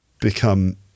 become